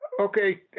okay